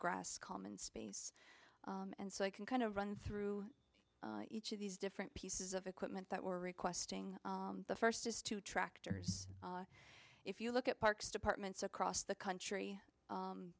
grass common space and so i can kind of run through each of these different pieces of equipment that we're requesting the first is to tractors if you look at parks departments across the country